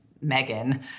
Megan